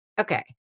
okay